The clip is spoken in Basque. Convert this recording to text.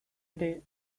ere